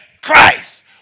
Christ